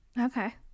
Okay